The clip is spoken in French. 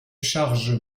charge